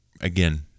again